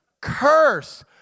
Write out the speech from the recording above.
Curse